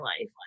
life